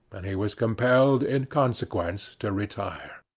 and he was compelled in consequence to retire.